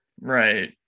Right